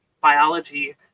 biology